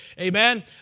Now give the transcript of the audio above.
Amen